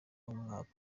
w’umwaka